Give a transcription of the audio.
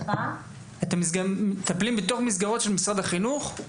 אתם מטפלים בתוך במסגרות של משרד החינוך?